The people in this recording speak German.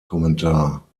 kommentar